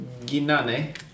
Ginane